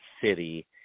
city